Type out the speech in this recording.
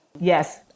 Yes